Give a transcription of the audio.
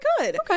Okay